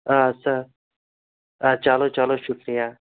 اَدٕ سا چلو چلو شُکریہ